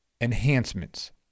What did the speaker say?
enhancements